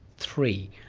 three.